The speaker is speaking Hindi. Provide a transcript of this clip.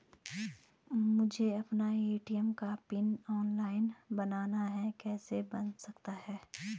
मुझे अपना ए.टी.एम का पिन ऑनलाइन बनाना है कैसे बन सकता है?